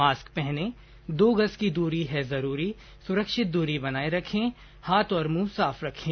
mask पहनें दो गज की दूरी है जरूरी सुरक्षित दूरी बनाए रखें हाथ और मुंह साफ रखें